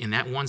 in that one